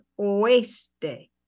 oeste